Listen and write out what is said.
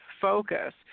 focus